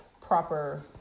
proper